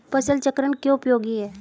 फसल चक्रण क्यों उपयोगी है?